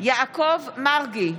יעקב מרגי,